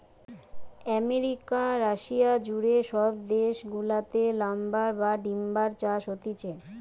America, Russia জুড়ে সব দেশ গুলাতে লাম্বার বা টিম্বার চাষ হতিছে